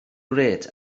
grêt